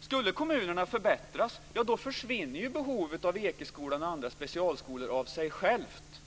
Skulle kommunerna förbättras försvinner ju behovet av Ekeskolan och andra specialskolor av sig självt.